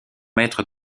maître